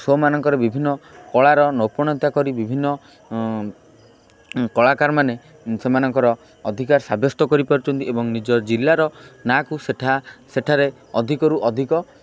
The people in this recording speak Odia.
ସୋ ମାନଙ୍କରେ ବିଭିନ୍ନ କଳାର ନୌପଣତା କରି ବିଭିନ୍ନ କଳାକାରମାନେ ସେମାନଙ୍କର ଅଧିକାର ସାବ୍ୟସ୍ତ କରିପାରୁଛନ୍ତି ଏବଂ ନିଜ ଜିଲ୍ଲାର ନାଁକୁ ସେଠା ସେଠାରେ ଅଧିକରୁ ଅଧିକ